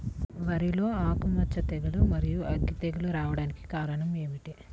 వరిలో ఆకుమచ్చ తెగులు, మరియు అగ్గి తెగులు రావడానికి కారణం ఏమిటి?